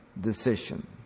decision